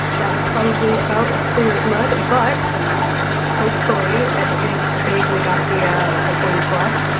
that was probably about as clear as mud, but hopefully at at least vaguely got the ah the point across.